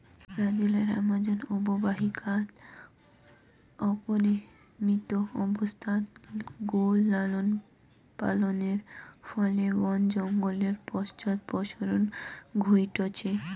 ব্রাজিলর আমাজন অববাহিকাত অপরিমিত অবস্থাত গো লালনপালনের ফলে বন জঙ্গলের পশ্চাদপসরণ ঘইটছে